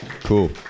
Cool